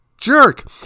jerk